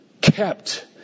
kept